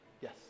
Yes